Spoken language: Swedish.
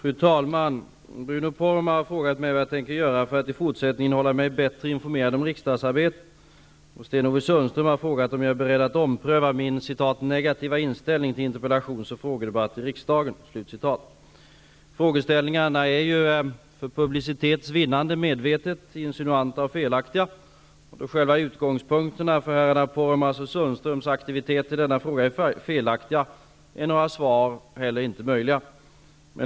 Fru talman! Bruno Poromaa har frågat mig vad jag tänker göra för att i fortsättningen hålla mig ''bättre informerad om riksdagsarbetet'', och Sten-Ove Sundström har frågat om jag är beredd att ompröva min ''negativa inställning till interpellations och frågedebatter i riksdagen''. Frågeställningarna är, för publicitets vinnande, medvetet insinuanta och felaktiga. Då själva utgångspunkterna för herrarna Poromaas och Sundströms aktivitet i denna fråga är felaktiga, är några svar heller inte möjliga.